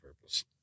purpose